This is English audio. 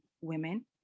women